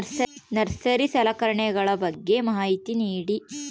Nursery ಸಲಕರಣೆಗಳ ಬಗ್ಗೆ ಮಾಹಿತಿ ನೇಡಿ?